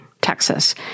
Texas